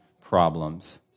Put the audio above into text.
problems